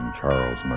Charles